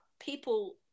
people